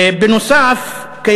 נוסף על כך,